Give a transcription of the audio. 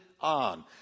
on